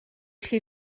chi